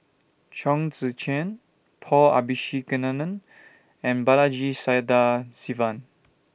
Chong Tze Chien Paul Abisheganaden and Balaji Sadasivan